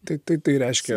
tai tai tai reiškia